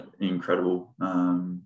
incredible